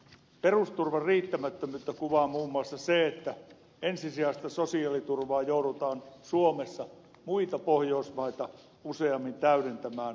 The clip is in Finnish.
perusturvan riittämättömyyttä kuvaa muun muassa se että ensisijaista sosiaaliturvaa joudutaan suomessa muita pohjoismaita useammin täydentämään toimeentulotuella